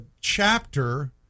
chapter